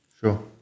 Sure